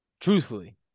truthfully